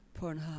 Pornhub